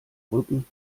rücken